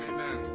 Amen